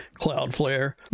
Cloudflare